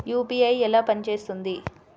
UPI ఎలా పనిచేస్తుంది?